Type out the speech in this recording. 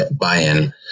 buy-in